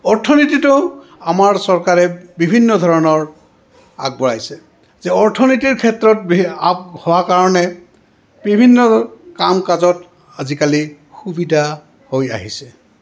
অৰ্থনীতিটো আমাৰ চৰকাৰে বিভিন্ন ধৰণৰ আগবঢ়াইছে যে অৰ্থনীতিৰ ক্ষেত্ৰত হোৱা কাৰণে বিভিন্ন কাম কাজত আজিকালি সুবিধা হৈ আহিছে